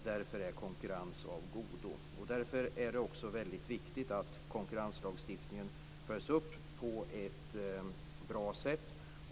Därför är konkurrens av godo, och därför är det också väldigt viktigt att konkurrenslagstiftningen följs upp på ett bra sätt.